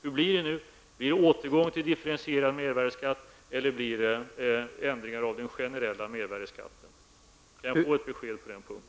Hur blir det nu: Blir det återgång till differentierad mervärdeskatt eller blir det ändringar av den generella mervärdeskatten? Kan jag få ett besked på den punkten?